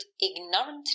ignorantly